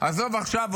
עזוב עכשיו,